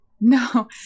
No